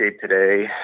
today